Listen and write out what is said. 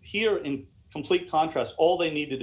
here in complete contrast all they needed to